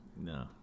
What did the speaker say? No